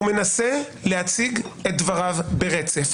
הוא מנסה להציג את דבריו ברצף,